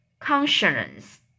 conscience